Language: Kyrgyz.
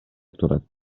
турат